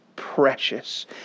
Precious